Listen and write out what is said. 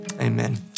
Amen